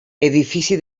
edifici